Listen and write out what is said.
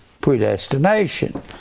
predestination